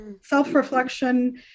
self-reflection